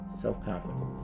self-confidence